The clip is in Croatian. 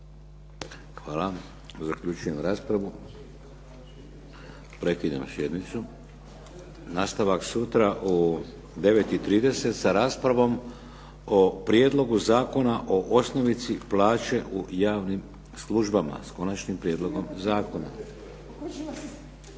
Hvala. Zaključujem raspravu. Prekidam sjednicu. Nastavak sutra u 9,30 sa raspravom o Prijedlogu zakona o osnovici plaće u javnim službama, s konačnim prijedlogom zakona.